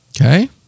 Okay